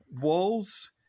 walls